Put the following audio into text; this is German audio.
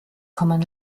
kommen